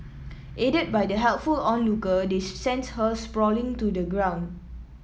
aided by the helpful onlooker they sent her sprawling to the ground